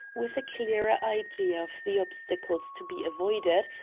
with a clearer idea of the obstacles to be avoided,